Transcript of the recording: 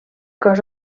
cos